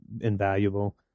invaluable